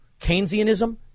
Keynesianism